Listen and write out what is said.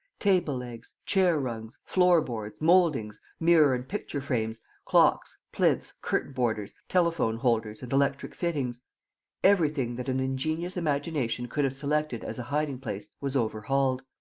table-legs, chair-rungs, floor-boards, mouldings, mirror and picture-frames, clocks, plinths, curtain-borders, telephone-holders and electric fittings everything that an ingenious imagination could have selected as a hiding-place was overhauled.